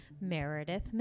Meredith